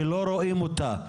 שלא רואים אותה,